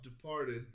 departed